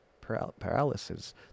Paralysis